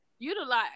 utilize